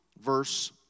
verse